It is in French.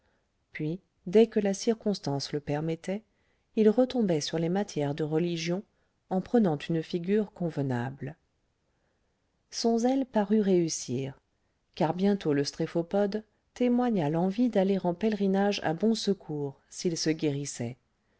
puis dès que la circonstance le permettait il retombait sur les matières de religion en prenant une figure convenable son zèle parut réussir car bientôt le stréphopode témoigna l'envie d'aller en pèlerinage à bon-secours s'il se guérissait